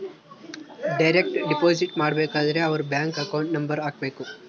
direct deposit ಮಾಡಬೇಕಾದರೆ ಅವರ್ bank account number ಹಾಕ್ಬೆಕು